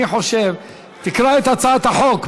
אני חושב, תקרא את הצעת החוק.